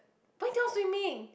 why you don't want swimming